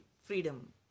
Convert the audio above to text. freedom